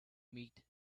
meet